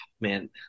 Man